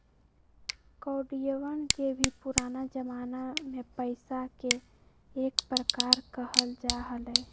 कौडियवन के भी पुराना जमाना में पैसा के एक प्रकार कहल जा हलय